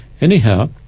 Anyhow